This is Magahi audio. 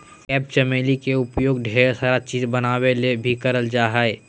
क्रेप चमेली के उपयोग ढेर सारा चीज़ बनावे ले भी करल जा हय